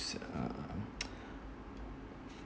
s~ um